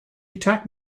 attack